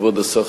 כבוד השר,